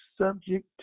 subject